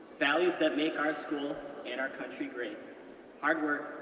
values that make our school and our country great hard work,